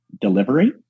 Delivery